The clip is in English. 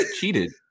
Cheated